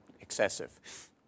excessive